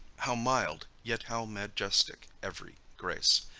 how mild, yet how majestic every grace!